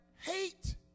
hate